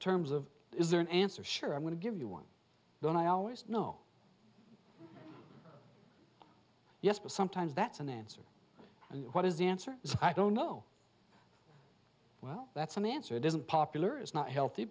terms of is there an answer sure i'm going to give you one then i always know yes but sometimes that's an answer and what is the answer i don't know well that's an answer isn't popular is not healthy